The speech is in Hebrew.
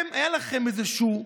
לישראל,